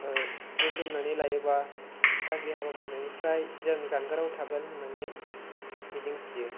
रुजुननानै लायोबा गाज्रि हाबा मावनायनिफ्राय जों जानगाराव थागोन होननानै मिजिं थियो